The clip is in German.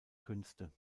künste